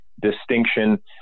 distinction